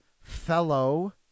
fellow